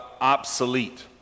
obsolete